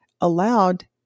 allowed